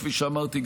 כפי שאמרתי,